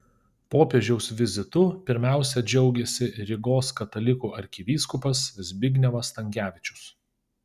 popiežiaus vizitu pirmiausia džiaugėsi rygos katalikų arkivyskupas zbignevas stankevičius